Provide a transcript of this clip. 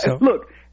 look